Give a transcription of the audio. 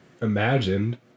imagined